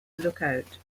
lookout